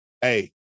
Hey